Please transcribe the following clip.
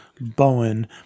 Bowen